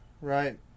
right